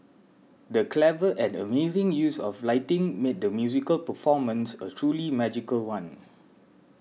the clever and amazing use of lighting made the musical performance a truly magical one